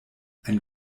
ein